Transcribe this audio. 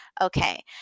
Okay